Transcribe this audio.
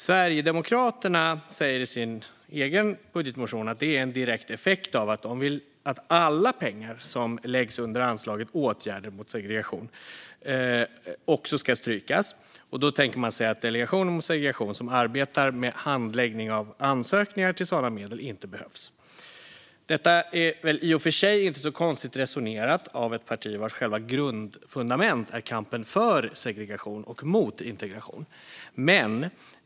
Sverigedemokraterna säger i sin egen budgetmotion att det är en direkt effekt av att alla pengar som läggs under anslaget till åtgärder mot segregation ska strykas. Därmed tänker man sig att Delegationen mot segregation, som arbetar med handläggning av ansökningar om sådana medel, inte behövs. Detta är väl i och för sig inte så konstigt resonerat av ett parti vars själva grundfundament är kampen för segregation och mot integration.